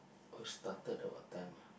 uh started at what time ah